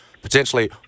potentially